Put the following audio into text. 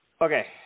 Okay